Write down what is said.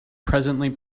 presently